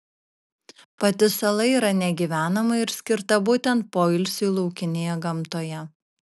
pati sala yra negyvenama ir skirta būtent poilsiui laukinėje gamtoje